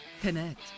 Connect